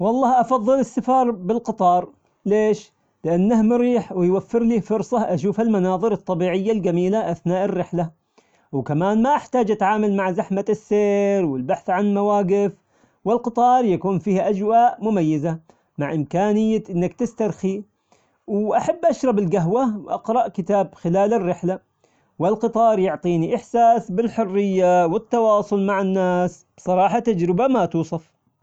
والله أفضل السفر بالقطار، ليش؟ لأنه مريح ويوفرلي فرصة أشوف المناظر الطبيعية الجميلة أثناء الرحلة، وكمان ما أحتاج أتعامل مع زحمة السير والبحث عن مواقف، والقطار يكون فيه أجواء مميزة مع إمكانية إنك تسترخي، وأحب أشرب القهوة واقرأ كتاب خلال الرحلة، والقطار يعطيني إحساس بالحرية والتواصل مع الناس، بصراحة تجربة ما توصف.